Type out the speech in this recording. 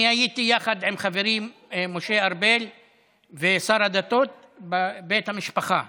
אני הייתי יחד עם חברי משה ארבל ושר הדתות בבית המשפחה,